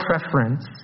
preference